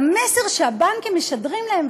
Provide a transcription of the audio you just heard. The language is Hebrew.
והמסר שהבנקים משדרים להם,